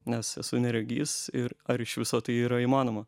nes esu neregys ir ar iš viso tai yra įmanoma